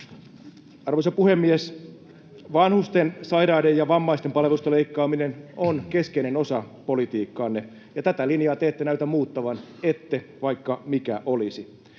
Arvoisa puhemies! Vanhusten, sairaiden ja vammaisten palveluista leikkaaminen on keskeinen osa politiikkaanne, ja tätä linjaa te ette näytä muuttavan, ette, vaikka mikä olisi.